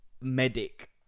medic